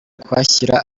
kuhashyira